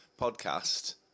podcast